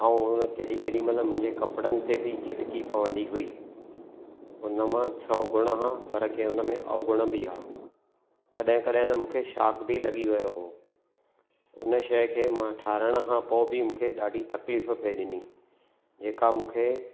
ऐं कॾहिं कॾहिं महिल मुंहिंजे कपिड़नि ते बि चिटकी पवंदी हुई हुनमें सौ गुण हुआ पर हुनमें अवगुण बि हुआ कॾहिं कॾहिं त मूंखे शॉक बि लगी वियो हुयो हुन शइ खे मां ठाराहिण खां पोइ बि मूंखे ॾाढी तकलीफ़ पइ ॾिनी जेका मूंखे